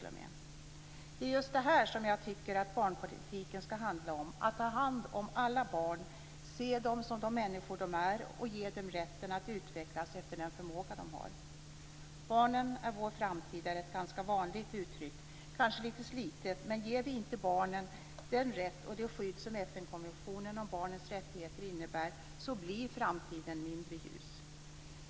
Det är just detta som jag tycker att barnpolitiken skall handla om, att man ska ta hand om alla barn, se dem som de människor de är och ge dem rätten till att utvecklas efter den förmåga de har. Att barnen är vår framtid är ett ganska vanligt uttryck, kanske litet slitet. Men om vi inte ger barnen den rätt och det skydd som FN-konventionen om barnens rättigheter innebär, så blir framtiden mindre ljus.